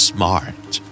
Smart